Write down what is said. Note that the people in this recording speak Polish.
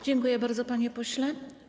Dziękuję bardzo, panie pośle.